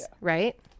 right